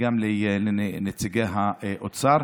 וגם לנציגי האוצר.